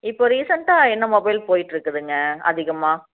இப்போது ரீசண்டாக என்ன மொபைல் போய்கிட்ருக்குதுங்க அதிகமாக